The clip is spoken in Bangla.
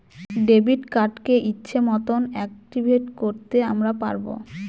ডেবিট কার্ডকে ইচ্ছে মতন অ্যাকটিভেট করতে আমরা পারবো